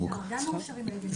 גם מאושרים על ידי משרד הבריאות.